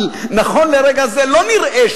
אבל נכון לרגע זה לא נראה שיהיה,